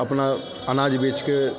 अपना अनाज बेच कर